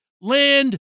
land